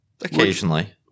Occasionally